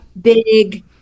big